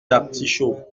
artichauts